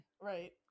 right